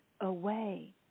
away